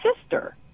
sister